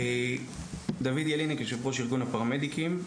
אני יושב-ראש איגוד הפרמדיקים.